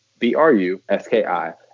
BRUSKI